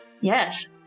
Yes